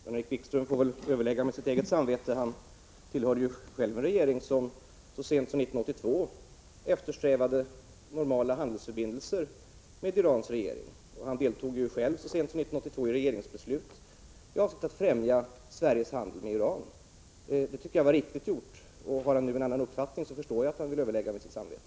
Herr talman! Jan-Erik Wikström får väl överlägga med sitt eget samvete. Han tillhörde ju själv en regering som så sent som 1982 eftersträvade normala handelsförbindelser med Irans regering. Han deltog själv så sent som 1982 i regeringsbeslut i avsikt att främja Sveriges handel med Iran. Det tycker jag var riktigt gjort, men har han nu en annan uppfattning förstår jag att han vill överlägga med sitt samvete.